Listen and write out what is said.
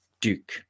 Duke